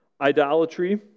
idolatry